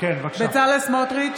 בצלאל סמוטריץ'